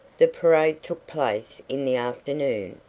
the parade took place in the afternoon,